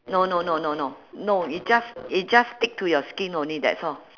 no no no no no no it just it just stick to your skin only that's all